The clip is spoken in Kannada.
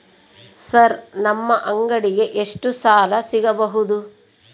ಸರ್ ನಮ್ಮ ಅಂಗಡಿಗೆ ಎಷ್ಟು ಸಾಲ ಸಿಗಬಹುದು?